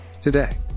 Today